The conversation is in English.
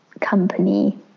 company